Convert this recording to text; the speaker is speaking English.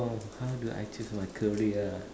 oh how do I choose my career ah